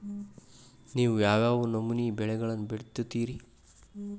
ನೇವು ಯಾವ್ ಯಾವ್ ನಮೂನಿ ಬೆಳಿಗೊಳನ್ನ ಬಿತ್ತತಿರಿ?